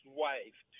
wife